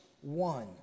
one